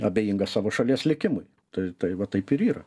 abejingas savo šalies likimui tai tai va taip ir yra